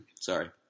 Sorry